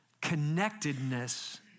connectedness